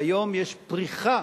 והיום יש פריחה,